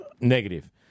negative